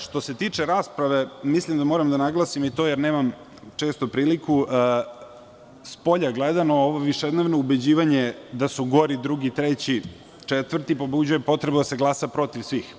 Što se tiče rasprave, moram da naglasim i to, jer nemam često priliku, spolja gledano, ovo višednevno ubeđivanje da su gori drugi, treći, četvrti, pobuđuje potrebu da se glasa protiv svih.